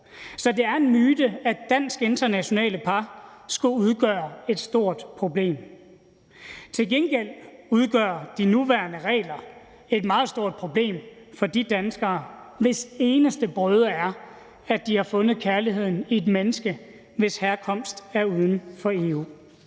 Så det er en myte, at dansk-internationale par skulle udgøre et stort problem. Til gengæld udgør de nuværende regler et meget stort problem for de danskere, hvis eneste brøde er, at de har fundet kærligheden i et menneske, hvis herkomst er uden for EU.